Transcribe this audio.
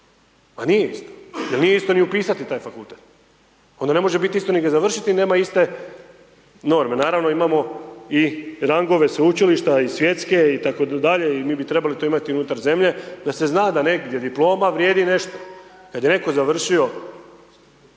Pa nije isto jer nije isto ni upisati taj fakultet. Onda ne može biti isto ni završiti jer nema iste norme. Naravno imamo i rangove sveučilišta i svjetske itd., i mi bi trebali to imati unutar zemlje da se zna da negdje diploma vrijedi nešto. Kad je netko završio